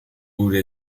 gure